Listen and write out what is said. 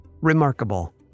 remarkable